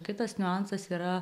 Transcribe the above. kitas niuansas yra